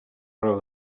arreu